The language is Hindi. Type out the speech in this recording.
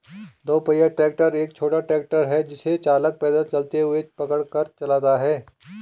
दो पहिया ट्रैक्टर एक छोटा ट्रैक्टर है जिसे चालक पैदल चलते हुए पकड़ कर चलाता है